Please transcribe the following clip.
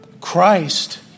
Christ